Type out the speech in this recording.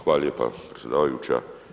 Hvala lijepa predsjedavajuća.